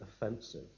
offensive